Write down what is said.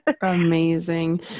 Amazing